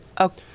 Okay